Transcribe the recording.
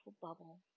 bubble